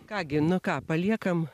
ką gi nu ką paliekam